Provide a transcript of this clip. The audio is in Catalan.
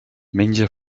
menja